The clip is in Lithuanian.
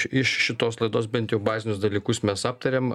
iš šitos laidos bent jau bazinius dalykus mes aptarėm